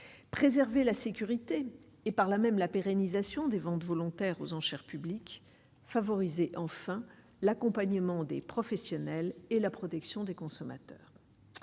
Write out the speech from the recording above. préserver la sécurité et, par là même la pérennisation des ventes volontaires aux enchères publiques favorisé, enfin, l'accompagnement des professionnels et la protection des consommateurs,